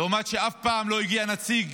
למרות שאף פעם לא הגיע נציג